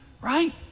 Right